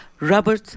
Robert